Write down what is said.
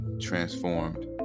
transformed